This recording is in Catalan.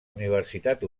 universitat